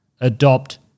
adopt